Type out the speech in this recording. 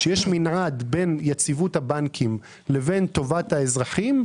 שיש מנעד בין יציבות הבנקים לבין טובת האזרחים,